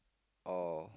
or